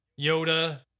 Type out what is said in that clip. Yoda